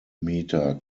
meter